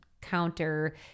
counter